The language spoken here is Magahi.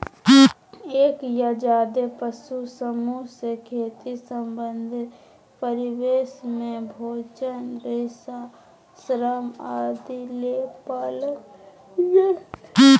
एक या ज्यादे पशु समूह से खेती संबंधित परिवेश में भोजन, रेशा, श्रम आदि ले पालल जा हई